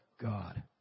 God